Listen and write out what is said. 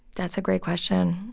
that's a great question.